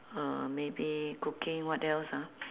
uh maybe cooking what else ah